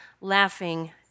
laughing